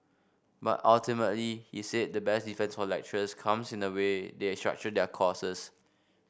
but ultimately he said the best defence for lecturers comes in the way they structure their courses